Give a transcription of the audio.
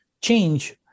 change